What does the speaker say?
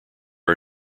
are